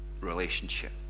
relationship